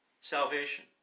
salvation